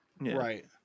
Right